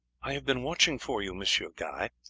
i have been watching for you, monsieur guy.